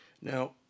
Now